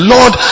Lord